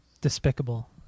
Despicable